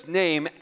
name